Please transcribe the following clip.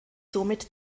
somit